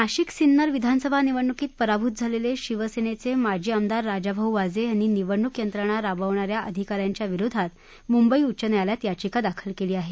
नाशिक सिन्नर विधानसभा निवडणुकीत पराभूत झालेले शिवसेनेचे माजी आमदार राजाभाऊ वाजे यांनी निवडणूक यंत्रणा राबविण्याऱ्या अधिकाऱ्यांच्या विरोधात मुंबई उच्च न्यायालयात याचिका दाखल केली आहे